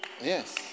Yes